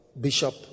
Bishop